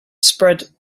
spread